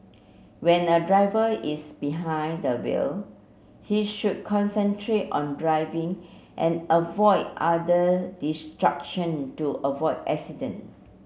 when a driver is behind the wheel he should concentrate on driving and avoid other distraction to avoid accident